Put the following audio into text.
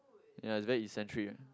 ya it's very eccentric ah